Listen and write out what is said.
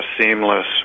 seamless